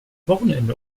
wochenende